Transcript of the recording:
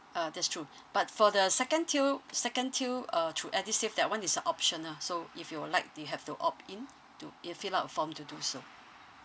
ah that's true but for the second tier second tier uh through edusave that [one] is uh optional so if you would like you have to opt in to you fill up a form to do so